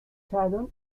shadow